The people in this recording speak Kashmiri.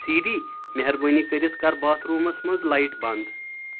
سیٖری مہربٲنی کٔرِتھ کَر باتھ روٗمس منٛز لایٹ بنٛد